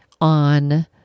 on